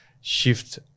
shift